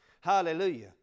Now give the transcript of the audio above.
Hallelujah